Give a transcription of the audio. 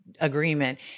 agreement